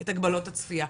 את הגבלות הצפייה.